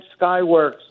Skyworks